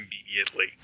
immediately